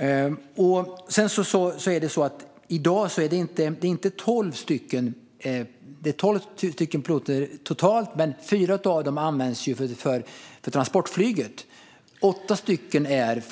I dag är det 12 piloter totalt, men 4 av dem används för transportflyget. 8 är